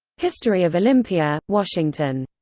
history of olympia, washington